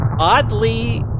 oddly